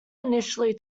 initially